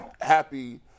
happy